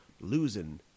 losing